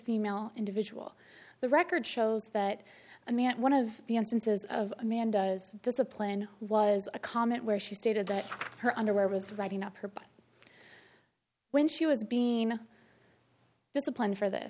female individual the record shows that a man one of the instances of a man does discipline was a comment where she stated that her underwear was writing up her but when she was being disciplined for th